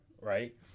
right